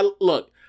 look